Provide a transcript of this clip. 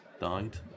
died